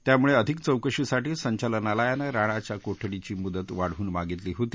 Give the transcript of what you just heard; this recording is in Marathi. त्यामुळे अधिक चौकशीसाठी संचालनालयानं राणाच्या कोठडीची मुदत वाढवून मागितली होती